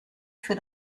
für